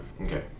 Okay